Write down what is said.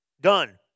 Done